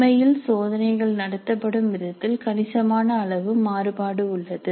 உண்மையில் சோதனைகள் நடத்தப்படும் விதத்தில் கணிசமான அளவு மாறுபாடு உள்ளது